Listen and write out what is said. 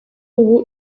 ubu